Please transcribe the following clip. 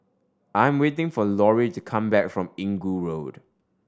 I am waiting for Lauri to come back from Inggu Road